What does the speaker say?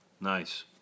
Nice